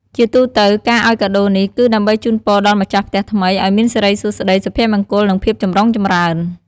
ជាទូទៅ ការឲ្យកាដូនេះ គឺដើម្បីជូនពរដល់ម្ចាស់ផ្ទះថ្មី ឲ្យមានសិរីសួស្តី សុភមង្គល និងភាពចម្រុងចម្រើន។